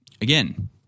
Again